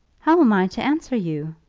how am i to answer you?